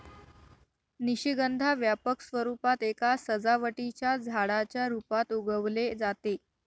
निशिगंधा व्यापक स्वरूपात एका सजावटीच्या झाडाच्या रूपात उगवले जाते